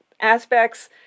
aspects